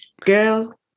Girl